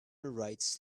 rights